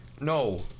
No